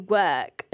work